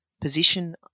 position